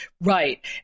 Right